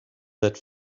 that